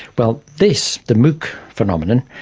well, this, the mooc phenomenon,